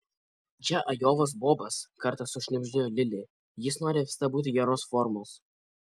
čia ajovos bobas kartą sušnibždėjo lili jis nori visada būti geros formos